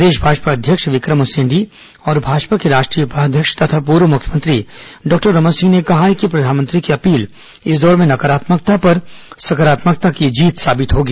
प्रदेश भाजपा अध्यक्ष विक्रम उसेंडी और भाजपा के राष्ट्रीय उपाध्यक्ष और पूर्व मुख्यमंत्री डॉक्टर रमन सिंहने कहा है कि प्रधानमंत्री की अपील इस दौर में नकारात्मकता पर सकारात्मकता की जीत साबित होगी